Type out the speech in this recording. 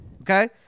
Okay